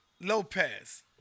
Lopez